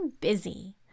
busy